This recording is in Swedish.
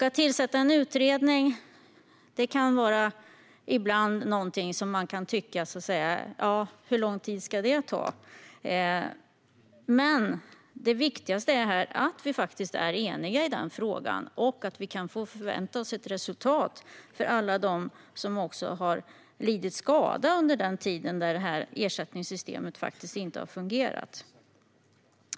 Att tillsätta en utredning kan man ibland tycka är något som bara drar ut på tiden. Men det viktigaste är att vi är eniga i frågan och att vi kan vänta oss ett resultat för alla dem som har lidit skada under den tid då ersättningssystemet inte har fungerat.